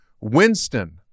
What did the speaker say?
Winston